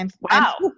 Wow